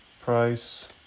Price